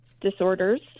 disorders